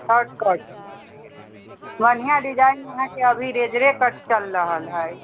short cut बढ़िआँ डिजाइनमे अहाँके अभी लेजरे कट चलि रहल हइ